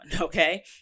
okay